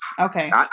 okay